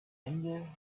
ende